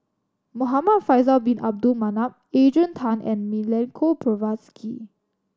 Muhamad Faisal Bin Abdul Manap Adrian Tan and Milenko Prvacki